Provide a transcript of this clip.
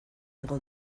igo